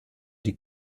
die